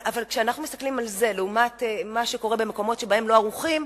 אבל כשאנחנו מסתכלים על זה לעומת מה שקורה במקומות שבהם לא ערוכים,